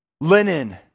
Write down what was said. Linen